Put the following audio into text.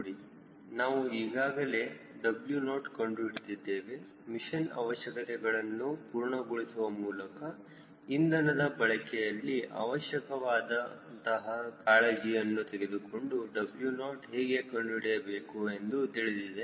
ನೋಡಿ ನಾವು ಈಗಾಗಲೇ W0 ಕಂಡುಹಿಡಿದಿದ್ದೇವೆ ಮಿಷನ್ ಅವಶ್ಯಕತೆಗಳನ್ನು ಪೂರ್ಣಗೊಳಿಸುವ ಮೂಲಕ ಇಂಧನದ ಬಳಕೆಯಲ್ಲಿ ಅವಶ್ಯಕವಾದ ಅಂತಹ ಕಾಳಜಿಯನ್ನು ತೆಗೆದುಕೊಂಡು W0 ಹೇಗೆ ಕಂಡುಹಿಡಿಯಬೇಕು ನಮಗೆ ತಿಳಿದಿದೆ